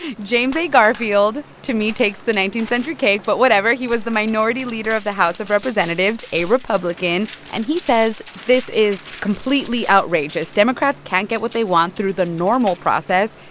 james a. garfield, to me, takes the nineteenth century cake, but whatever. he was the minority leader of the house of representatives, a republican. and he says, this is completely outrageous. democrats can't get what they want through the normal process,